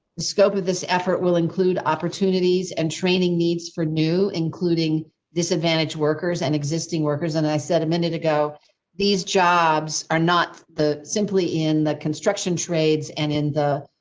the scope of this effort will include opportunities and training needs for new, including disadvantage workers and existing workers. and i said amended ago these jobs are not the simply in the construction trades. and in the.